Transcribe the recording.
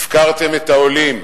הפקרתם את העולים,